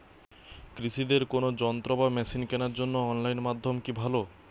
কৃষিদের কোন যন্ত্র বা মেশিন কেনার জন্য অনলাইন মাধ্যম কি ভালো?